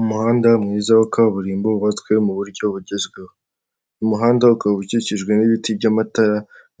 Ahangaha turabona umuntu wari uvuye guhaha igikioresho kifashishwa muburyo bwo kurwanya inkongi y'umuriro. Iki gikoresho